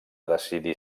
decidir